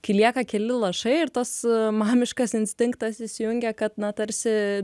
kai lieka keli lašai ir tas mamiškas instinktas įsijungia kad na tarsi